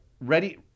ready